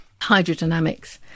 hydrodynamics